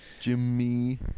Jimmy